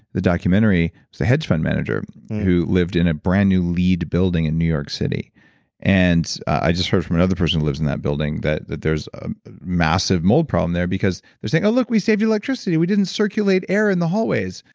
the documentary, is a hedge fund manager who lived in a brand new leed building in new york city and i just heard from another person who lives in that building that that there's a massive mold problem there because they are saying, oh look, we saved you electricity. we didn't circulate air in the hallways,